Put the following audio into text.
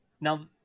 Now